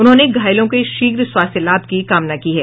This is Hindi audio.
उन्होंने घायलों के शीघ्र स्वास्थ्य लाभ की कामना की है